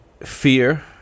fear